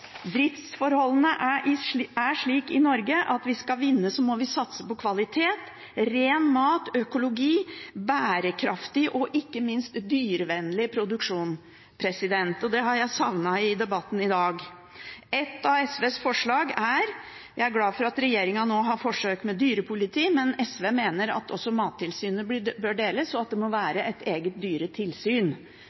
Driftsforholdene er slik i Norge at hvis vi skal vinne, må vi satse på kvalitet, ren mat, økologi og en bærekraftig og ikke minst dyrevennlig produksjon, som jeg har savnet i debatten i dag. Jeg er glad for at regjeringen nå har forsøk med dyrepoliti, men SV mener også at Mattilsynet bør deles, og at det bør være et eget dyretilsyn, slik som vi har egne tilsyn